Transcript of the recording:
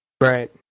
Right